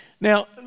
Now